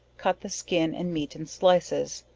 cut the skin and meat in slices,